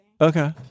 okay